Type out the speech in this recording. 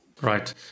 Right